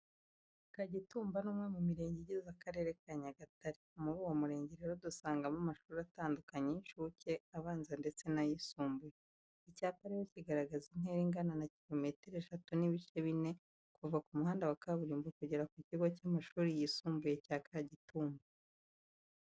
Kagitumba ni umwe mu mirenge igize Akarere ka Nyagatare. Muri uwo murenge rero dusangamo amashuri atandukanye y'incuke, abanza ndetse n'ayisumbuye. Icyapa rero kigaragaza intera ingana na kilometero eshatu n'ibice bine kuva ku muhanda wa kaburimbo kugera ku kigo cy'amashuri yisumbuye cya Kagitumba.